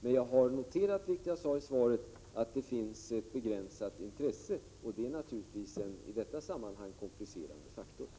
Men jag har noterat, vilket jag också sade i svaret, att intresset för detta alternativ är begränsat. Och det är naturligtvis en komplicerande faktor i detta sammanhang.